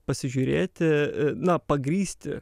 pasižiūrėti na pagrįsti